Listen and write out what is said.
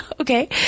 Okay